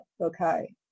okay